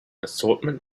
assortment